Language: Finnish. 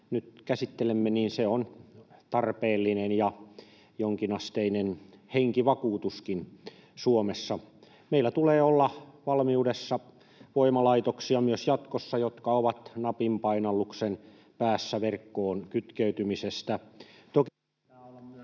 nyt käsittelemme, on tarpeellinen ja jonkinasteinen henkivakuutuskin Suomessa. Meillä tulee olla myös jatkossa valmiudessa voimalaitoksia, jotka ovat napinpainalluksen päässä verkkoon kytkeytymisestä.